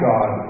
God